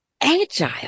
agile